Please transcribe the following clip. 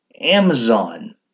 Amazon